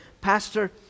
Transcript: pastor